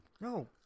No